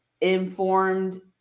informed